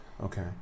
Okay